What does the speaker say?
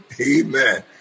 Amen